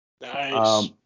Nice